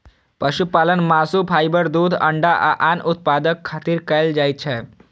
पशुपालन मासु, फाइबर, दूध, अंडा आ आन उत्पादक खातिर कैल जाइ छै